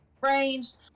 ranged